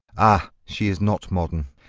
ah! she is not modern,